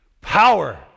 power